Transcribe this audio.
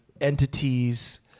entities